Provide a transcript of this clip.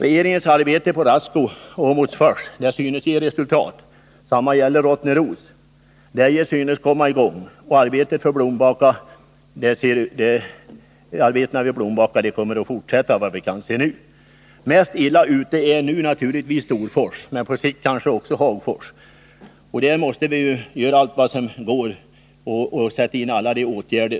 Regeringens arbete för Rasco och Åmotfors synes ge resultat. Detsamma gäller Rottneros. I Deje och Blombacka tycks arbetena också komma i gång. Mest illa ute f. n. är förstås Storfors men kanske också Hagfors. På dessa orter måste vi sätta in alla tänkbara åtgärder.